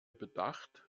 bedacht